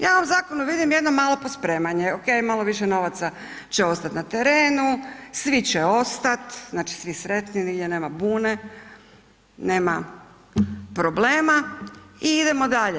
Ja u ovom zakonu vidim jedno malo pospremanje, OK, malo više novaca će ostati na terenu, svi će ostati, znači svi sretni, nigdje nema bune, nema problema i idemo dalje.